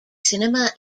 cinema